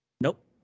Nope